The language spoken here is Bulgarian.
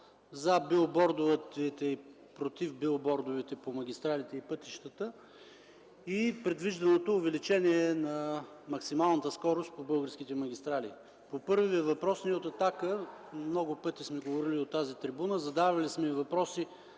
„за” и „против” билбордовете по магистралите и пътищата и предвижданото увеличение на максималната скорост по българските магистрали. По първия въпрос ние от „Атака” много пъти сме говорили от тази трибуна, задавали сме въпроси